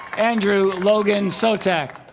andrew logan sotak